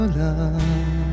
love